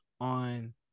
on